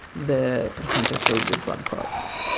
the placenta filled with blood clots,